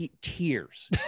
Tears